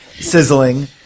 sizzling